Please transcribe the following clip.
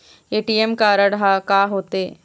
ATM card हा का होते?